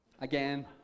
Again